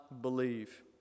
believe